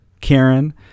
Karen